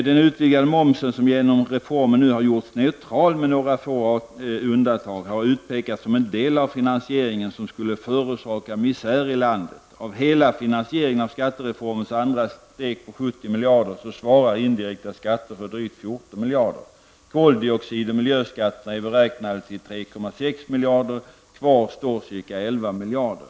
Den utvidgade momsen -- som genom reformen gjorts neutral med några få undantag -- har utpekats som den del av finansieringen som skulle förorsaka misär i landet. Av hela finansieringen av skattereformens andra steg på 70 miljarder svarar indirekta skatter för drygt 14 miljarder. Koldioxidoch miljöskatterna är beräknade till 3,6 miljarder. Kvar står ca 11 miljarder.